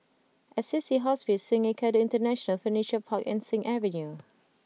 Assisi Hospice Sungei Kadut International Furniture Park and Sing Avenue